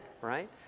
right